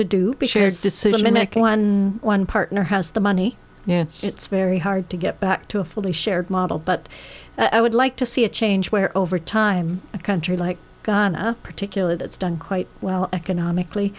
make one one partner has the money it's very hard to get back to a fully shared model but i would like to see a change where over time a country like guyana particularly that's done quite well economically